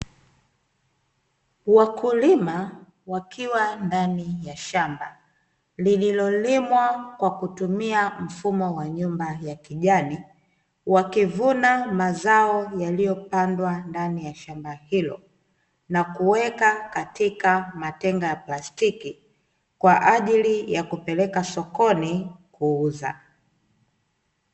Wakulima wakiwa ndani ya shamba, lililolimwa kwa kutumia mfumo wa nyumba ya kijani, wakivuna mazao yaliyopandwa ndani ya shamba hilo na kuweka katika matenga ya plastiki kwa ajili ya kupeleka sokoni kuuza.